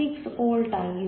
6 volt ಆಗಿದೆ